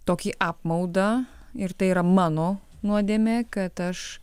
tokį apmaudą ir tai yra mano nuodėmė kad aš